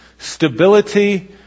Stability